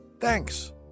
Thanks